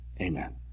Amen